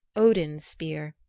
odin's spear.